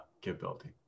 capability